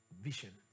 vision